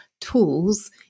tools